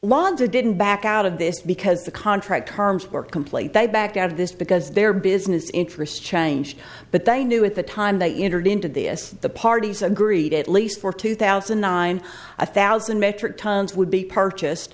londa didn't back out of this because the contract terms were complete they backed out of this because their business interests changed but they knew at the time they entered into this the parties agreed at least for two thousand and nine a thousand metric tons would be purchased